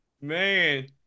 man